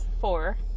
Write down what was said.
four